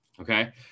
Okay